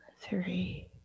three